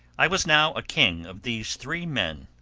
i was now a king of these three men,